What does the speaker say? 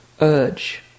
urge